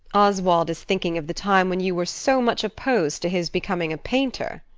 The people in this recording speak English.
oswald is thinking of the time when you were so much opposed to his becoming a painter.